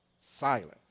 silence